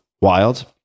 wild